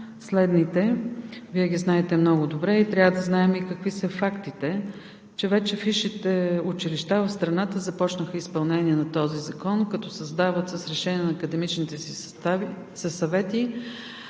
следните – Вие ги знаете много добре, трябва да знаем и какви са фактите – че вече висшите училища в страната започнаха изпълнение на този закон, като създават с решение на академичните си съвети